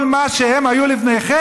כל מה שהם היו לפניכם,